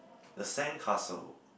the sandcastle